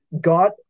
God